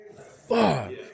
fuck